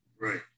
right